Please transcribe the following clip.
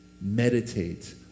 Meditate